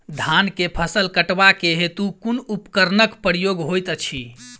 धान केँ फसल कटवा केँ हेतु कुन उपकरणक प्रयोग होइत अछि?